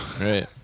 Right